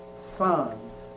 sons